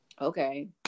okay